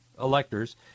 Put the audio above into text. electors